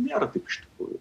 nėra taip iš tikrųjų